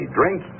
drink